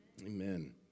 Amen